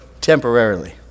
temporarily